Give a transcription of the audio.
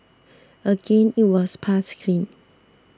again it was passed clean